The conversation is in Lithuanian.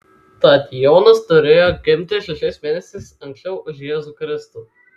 tad jonas turėjo gimti šešiais mėnesiais anksčiau už jėzų kristų